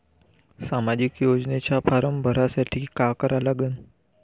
सामाजिक योजनेचा फारम भरासाठी का करा लागन?